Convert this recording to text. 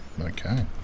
Okay